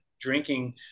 drinking